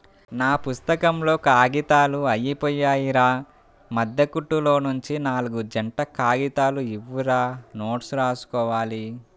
నా పుత్తకంలో కాగితాలు అయ్యిపొయ్యాయిరా, మద్దె కుట్టులోనుంచి నాల్గు జంట కాగితాలు ఇవ్వురా నోట్సు రాసుకోవాలి